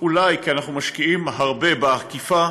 אולי כי אנחנו משקיעים הרבה באכיפה,